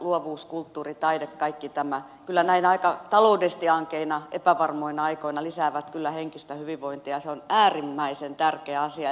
luovuus kulttuuri taide kaikki nämä näin taloudellisesti ankeina epävarmoina aikoina lisäävät kyllä henkistä hyvinvointia ja se on äärimmäisen tärkeä asia